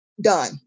done